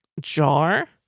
jar